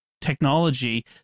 technology